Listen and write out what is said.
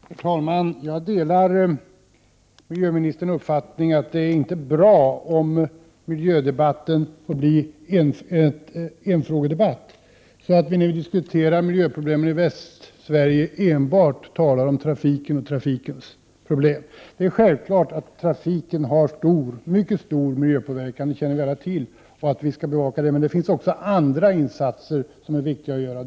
Herr talman! Jag delar miljöministerns uppfattning att det inte är bra om detta blir en enfrågedebatt. När vi diskuterar miljöproblemen i Västsverige kan vi inte tala enbart om trafiken och trafikens problem. Det är självklart att trafiken har en mycket stor miljöpåverkan — det känner vi alla till — och att vi skall hålla uppsikt över den, men det finns också andra insatser som är angelägna.